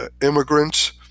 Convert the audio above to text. immigrants